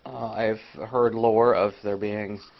i've heard lore of there being